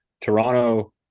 Toronto –